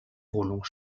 wohnung